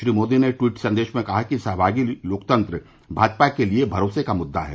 श्री मोदी ने ट्वीट संदेश में कहा कि सहभागी लोकतंत्र भाजपा के लिए भरोसे का मुद्दा है